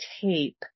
tape